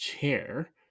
chair